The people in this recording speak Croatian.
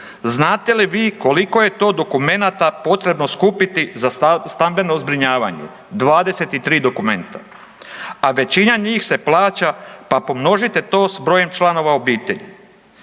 Znate li vi koliko je to dokumenata potrebno skupiti za stambeno zbrinjavanje? 23 dokumenta, a većina njih se plaća. Pa pomnožite to sa brojem članova obitelji.